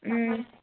ம்